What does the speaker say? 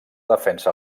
defensa